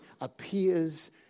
appears